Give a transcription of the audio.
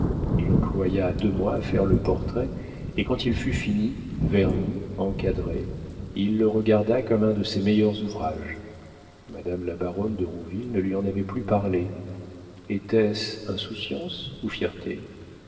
il employa deux mois à faire le portrait et quand il fut fini verni encadré il le regarda comme un de ses meilleurs ouvrages madame la baronne de rouville ne lui en avait plus parlé était-ce insouciance ou fierté